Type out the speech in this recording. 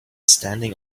standing